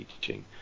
teaching